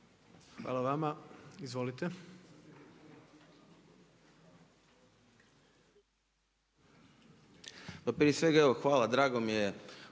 Hvala vama. Izvolite.